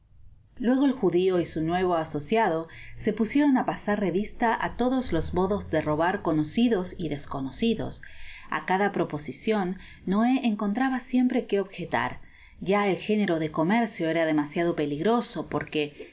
luego el judio y su nuevo asociado se pusieron á pasar revista á todos los modos de robar conocidos y desconocidos a cada proposicion noé encontraba siempre que objetar ya el género de comercio era demasiado peligroso porque